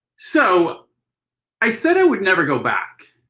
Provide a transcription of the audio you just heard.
so i said i would never go back